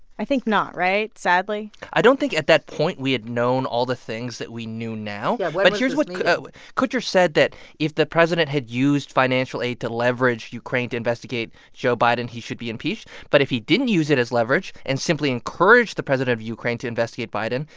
i think not right? sadly i don't think at that point we had known all the things that we knew now yeah but here's what kutcher said that if the president had used financial aid to leverage ukraine to investigate joe biden, he should be impeached. but if he didn't use it as leverage and simply encouraged the president of ukraine to investigate biden,